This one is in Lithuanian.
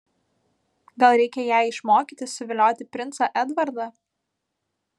gal reikia ją išmokyti suvilioti princą edvardą